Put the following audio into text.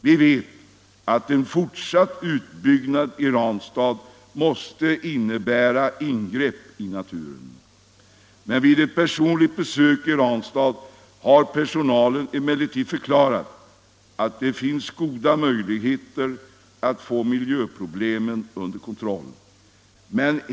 Vi vet att en fortsatt utbyggnad i Ranstad måste innebära ingrepp i naturen, men vid ett personligt besök i Ranstad har personalen där för mig förklarat att det finns goda möjligheter att få miljöproblemen under kontroll.